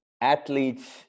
athletes